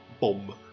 bomb